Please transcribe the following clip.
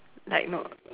like no